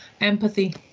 Empathy